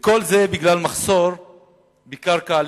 וכל זה בגלל מחסור בקרקע לבנייה.